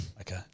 Okay